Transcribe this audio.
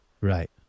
Right